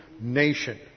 nation